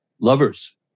lovers